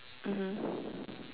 mmhmm